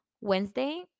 Wednesday